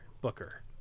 Booker